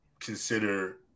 consider